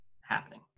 happening